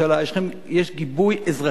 יש גיבוי אזרחי פנימי,